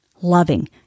loving